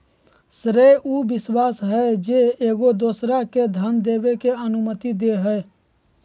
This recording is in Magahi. श्रेय उ विश्वास हइ जे एगो दोसरा के धन देबे के अनुमति दे हइ